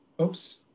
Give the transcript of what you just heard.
Oops